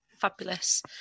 Fabulous